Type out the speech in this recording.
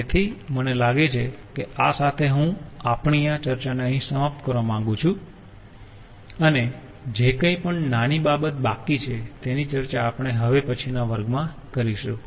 તેથી મને લાગે છે કે આ સાથે હું આપણી આ ચર્ચાને અહીં સમાપ્ત કરવા માંગું છું અને જે કંઈ પણ નાની બાબત બાકી છે તેની ચર્ચા આપણે હવે પછીના વર્ગમાં કરી શકીશું